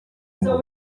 ngo